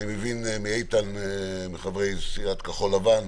אני מבין מאיתן ומחברי סיעת כחול לבן,